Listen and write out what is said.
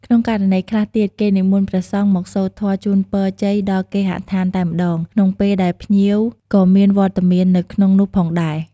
ក្នុងករណីខ្លះទៀត គេនិមន្តព្រះសង្ឃមកសូត្រធម៌ជូនពរជ័យដល់គេហដ្ឋានតែម្ដង ក្នុងពេលដែលភ្ញៀវក៏មានវត្តមាននៅក្នុងនោះផងដែរ។